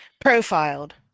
Profiled